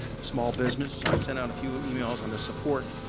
small business, i've sent out a few emails on the support,